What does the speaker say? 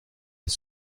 les